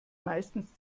meistens